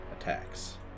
attacks